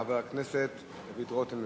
חבר הכנסת דוד רותם.